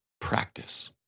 practice